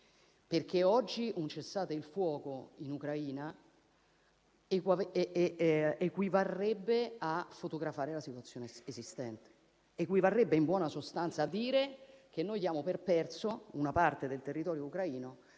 dire: oggi un cessate il fuoco in Ucraina equivarrebbe a fotografare la situazione esistente e, in buona sostanza, a dire che diamo per persa una parte del territorio ucraino